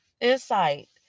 insight